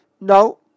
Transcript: no